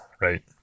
right